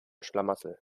schlamassel